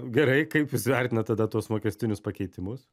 gerai kaip jūs vertinat tada tuos mokestinius pakeitimus